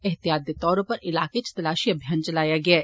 ऐहतियात दे तौर उप्पर इलाके च तलाशी अभियान चलाया गेआ ऐ